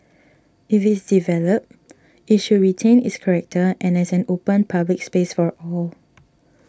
if it's developed it should retain its character an as an open public space for all